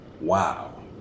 Wow